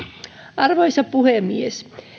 arvoisa puhemies